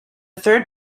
third